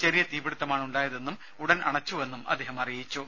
ചെറിയ തീപിടിത്തമാണ് ഉണ്ടായതെന്നും ഉടൻ അണച്ചുവെന്നും അദ്ദേഹം പറഞ്ഞു